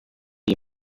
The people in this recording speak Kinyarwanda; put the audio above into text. iyi